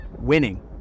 winning